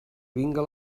vinga